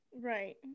Right